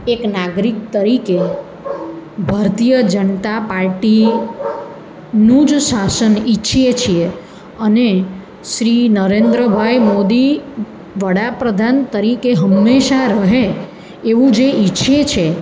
એક નાગરિક તરીકે ભારતીય જનતા પાર્ટીનું જ શાસન ઇચ્છીએ છીએ અને શ્રી નરેન્દ્ર ભાઈ મોદી વડા પ્રધાન તરીકે હંમેશાં રહે એવું જે ઇચ્છે છે